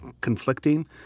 conflicting